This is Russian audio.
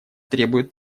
требуют